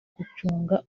gucunga